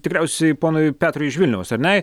tikriausiai ponui petrui iš vilniaus ar ne